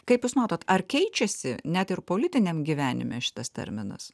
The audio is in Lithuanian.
kaip jūs matot ar keičiasi net ir politiniam gyvenime šitas terminas